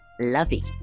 lovey